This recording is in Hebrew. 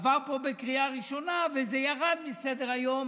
עבר פה בקריאה ראשונה וזה ירד מסדר-היום